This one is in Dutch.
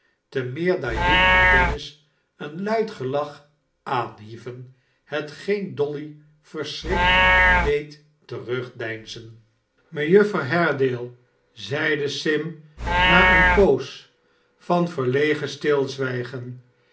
te meer daar hugh en dennis een luid gelach aanhieven hetgeen dolly verschrikt deed terugdeinzen mejuffer haredale zeide sim na eene poos van verlegen stik